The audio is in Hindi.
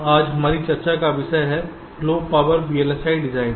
इसलिए आज हमारी चर्चा का विषय है लो पॉवर VLSI डिजाइन